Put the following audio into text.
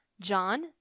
John